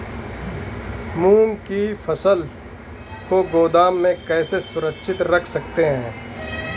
मूंग की फसल को गोदाम में कैसे सुरक्षित रख सकते हैं?